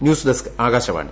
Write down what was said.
news desk Akashvani